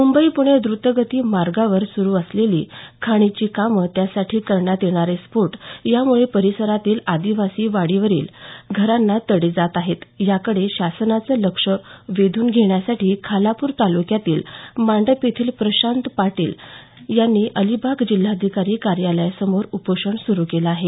मुंबई पुणे द्रुतगती मार्गावर सुरू असलेली खाणीची कामं त्यासाठी करण्यात येणारे स्फोट यामुळे परिसरातील आदिवासी वाडीवरील घरांना तडे जात आहेत याकडे शासनाचं लक्ष वेधून घेण्यासाठी खालापूर तालुक्यातील माडप येथील प्रशांत पाटील यांनी अलिबाग जिल्हाधिकारी कार्यालयासमोर उपोषण सुरू केलं आहे